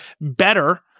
better